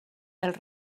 els